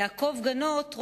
יעקב גנות,